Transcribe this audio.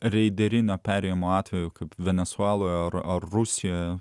reiderinio perėjimo atvejų kaip venesueloje ar ar rusijoje